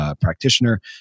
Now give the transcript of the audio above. practitioner